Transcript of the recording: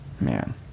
Man